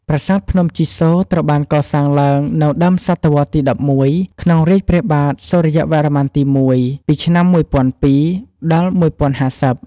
ប្រាសាទភ្នំជីសូរត្រូវបានកសាងឡើងនៅ ដើមសតវត្សរ៍ទី ១១ ក្នុងរាជ្យព្រះបាទសូរ្យវរ្ម័នទី ១ ពីឆ្នាំ ១០០២-១០៥០។